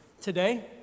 today